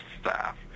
staff